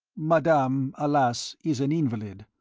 madame, alas, is an invalid,